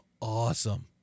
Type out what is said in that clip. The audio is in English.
awesome